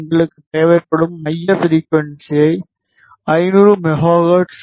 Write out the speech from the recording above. எங்களுக்கு தேவைப்படும் மைய ஃப்ரிகுவன்ஸி 500 மெகா ஹெர்ட்ஸ்